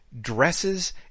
dresses